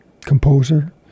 composer